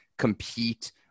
compete